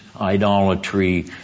idolatry